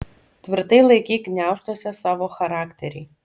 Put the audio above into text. tvirtai laikyk gniaužtuose savo charakterį